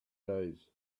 days